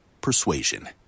persuasion